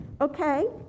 Okay